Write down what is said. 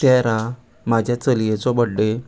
तेरा म्हाजे चलयेचो बड्डे